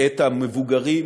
את המבוגרים